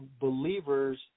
believers